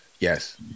Yes